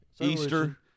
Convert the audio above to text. Easter